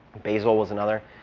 basil was another.